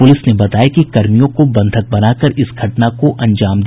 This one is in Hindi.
पुलिस ने बताया कि कर्मियों को बंधक बना कर इस घटना को अंजाम दिया